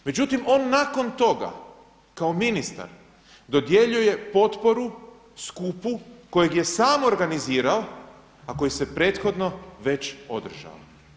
Međutim, on nakon toga kao ministar dodjeljuje potporu skupu kojega je sam organizirao, a koji se prethodno već održao.